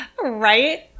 Right